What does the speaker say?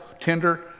tender